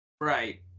Right